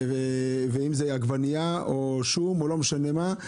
אם זאת עגבנייה או שום או לא משנה מה,